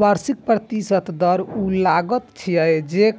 वार्षिक प्रतिशत दर ऊ लागत छियै, जे